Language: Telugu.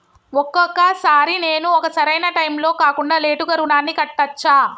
ఒక్కొక సారి నేను ఒక సరైనా టైంలో కాకుండా లేటుగా రుణాన్ని కట్టచ్చా?